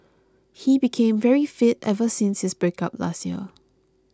he became very fit ever since his breakup last year